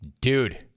Dude